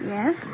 Yes